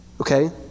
Okay